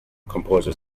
composers